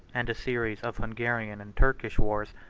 and a series of hungarian and turkish wars,